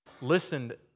listened